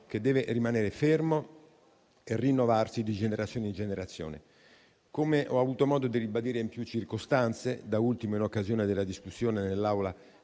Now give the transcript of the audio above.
che deve rimanere fermo e rinnovarsi di generazione in generazione. Come ho avuto modo di ribadire in più circostanze, da ultimo in occasione della discussione nell'Aula